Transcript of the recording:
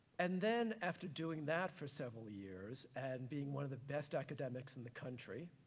and then after doing that for several years, and being one of the best academics in the country,